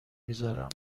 میزارم